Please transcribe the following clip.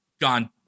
gone